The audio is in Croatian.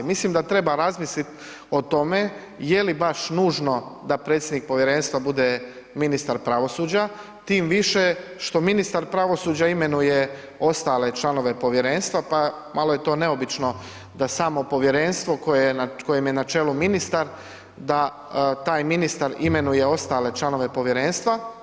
Mislim da treba razmisliti o tome jeli baš nužno da predsjednik povjerenstva bude ministar pravosuđa, tim više što ministar pravosuđa imenuje ostale članove povjerenstva pa malo je to neobično da samo povjerenstvo kojem je na čelu ministar da taj ministar imenuje ostale članove povjerenstva.